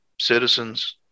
citizens